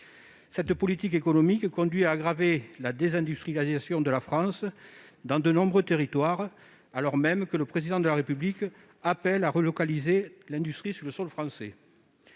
Cette politique économique conduit à aggraver la désindustrialisation de la France dans de nombreux territoires, alors même que le Président de la République appelle à relocaliser l'industrie sur le sol français.